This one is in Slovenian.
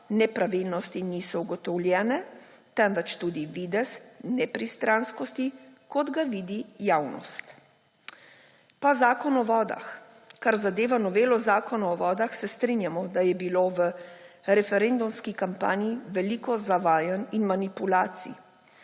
nepravilnosti niso ugotovljene, temveč tudi videz nepristranskosti, kot ga vidi javnost. Pa Zakon o vodah. Kar zadeva novelo Zakona o vodah, se strinjamo, da je bilo v referendumski kampanji veliko zavajanj in manipulacij.